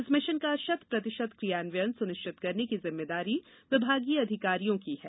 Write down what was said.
इस भिशन का शत प्रतिशत क्रियान्वयन सुनिश्चित करने की जिम्मेदारी विभागीय अधिकारियों है